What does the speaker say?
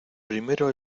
primero